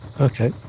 Okay